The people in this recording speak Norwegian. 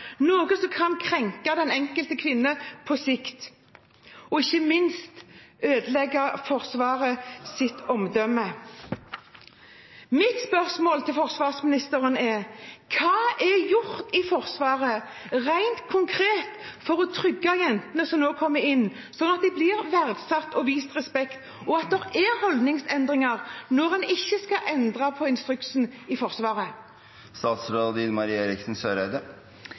noe som kan krenke den enkelte kvinne på sikt, og ikke minst ødelegge Forsvarets omdømme. Mitt spørsmål til forsvarsministeren er: Hva er gjort i Forsvaret rent konkret for å trygge jentene som nå kommer inn, slik at de blir verdsatt og vist respekt, og slik at det er holdningsendringer – når en ikke skal endre instruksen i Forsvaret?